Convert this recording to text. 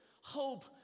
Hope